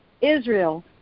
Israel